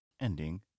ending